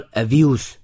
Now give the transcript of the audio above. abuse